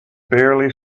barely